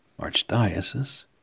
Archdiocese